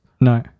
No